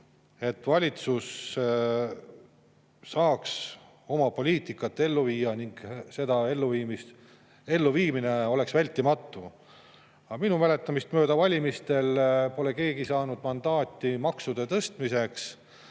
et valitsus saaks oma poliitikat ellu viia ning et elluviimine oleks vältimatu. Aga minu mäletamist mööda pole valimistel keegi saanud mandaati maksude tõstmiseks.